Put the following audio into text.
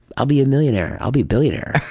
i'll be a millionaire, i'll be a billionaire'.